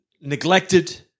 neglected